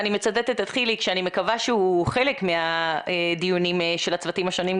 אני מצטטת את חיליק שאני מקווה שהוא חלק מהדיונים של הצוותים השונים.